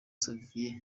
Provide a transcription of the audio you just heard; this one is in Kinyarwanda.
xavier